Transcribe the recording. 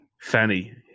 Fanny